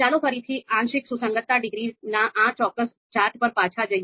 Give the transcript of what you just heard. ચાલો ફરીથી આંશિક સુસંગતતા ડિગ્રીના આ ચોક્કસ ચાર્ટ પર પાછા જઈએ